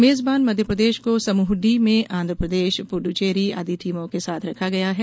मेजबान मध्यप्रदेश को समूह डी में आन्ध्रप्रदेश पुडुचेरी आदि टीमों के साथ रखा गया है